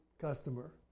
customer